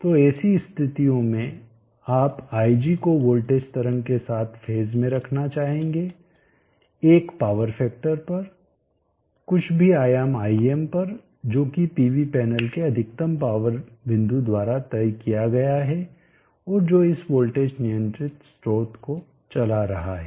तो ऐसी स्थितियों में आप ig को वोल्टेज तरंग के साथ फेज में रखना चाहेंगे एक पॉवर फैक्टर पर कुछ भी आयाम Im पर जो की पीवी पैनल के अधिकतम पावर बिंदु द्वारा तय किया गया है जो इस वोल्टेज नियंत्रित स्रोत को चला रहा है